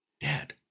Dad